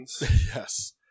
Yes